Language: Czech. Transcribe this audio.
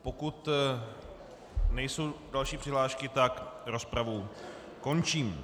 Pokud nejsou další přihlášky, rozpravu končím.